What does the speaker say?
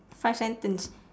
five sentence